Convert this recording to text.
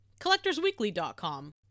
CollectorsWeekly.com